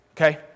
Okay